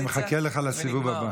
אני מחכה לך לסיבוב הבא.